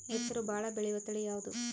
ಹೆಸರು ಭಾಳ ಬೆಳೆಯುವತಳಿ ಯಾವದು?